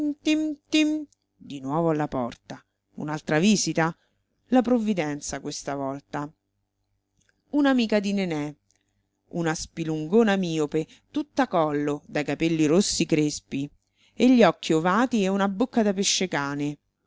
di nuovo alla porta un'altra visita la provvidenza questa volta un'amica di nené una spilungona miope tutta collo dai capelli rossi crespi e gli occhi ovati e una bocca da pescecane